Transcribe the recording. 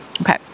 Okay